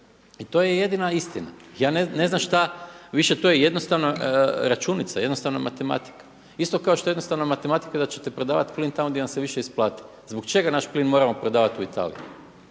I to je jedina istina, ja ne znam šta, više to je jednostavna računica, jednostavna matematika. Isto kao što je jednostavna matematika da ćete prodavati plin tamo gdje vam se više isplati. Zbog čega naš plin moramo prodavati po Italiji?